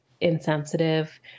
insensitive